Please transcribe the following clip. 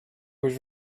was